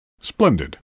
Splendid